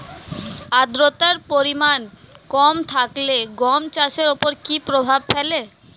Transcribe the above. আদ্রতার পরিমাণ কম থাকলে গম চাষের ওপর কী প্রভাব ফেলে?